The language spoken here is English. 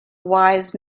wise